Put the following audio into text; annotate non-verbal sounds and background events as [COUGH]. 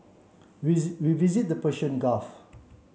[UNINTELLIGIBLE] we visited the Persian Gulf